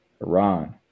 Iran